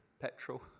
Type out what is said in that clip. petrol